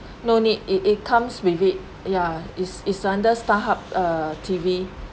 no need it it comes with it yeah it's it's under Starhub uh T_V_